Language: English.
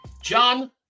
John